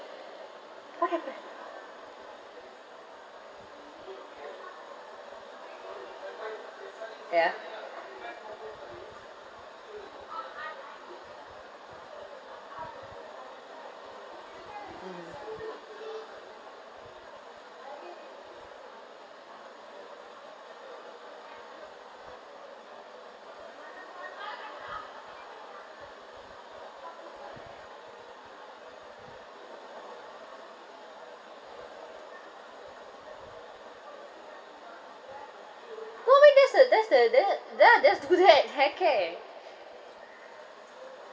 what happened ya mm probably that's the that's the there ya they have to do that hair care